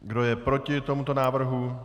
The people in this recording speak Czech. Kdo je proti tomuto návrhu?